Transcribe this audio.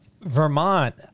Vermont